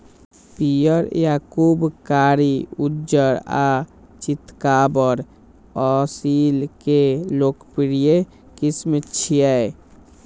पीयर, याकूब, कारी, उज्जर आ चितकाबर असील के लोकप्रिय किस्म छियै